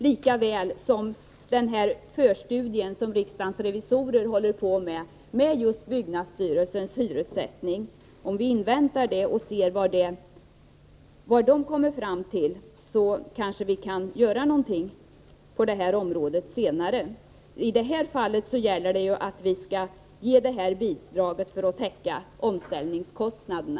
Detsamma gäller den förstudie som riksdagens revisorer håller på med om byggnadsstyrelsens hyressättning. Om vi väntar och ser vad de kommer fram till, så kan vi kanske göra någonting på det här området senare. I det här fallet gäller det ju att ge detta bidrag för att täcka omställningskostnaderna.